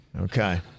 Okay